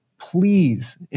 Please